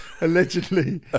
Allegedly